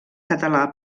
català